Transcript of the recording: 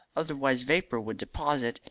otherwise vapour would deposit,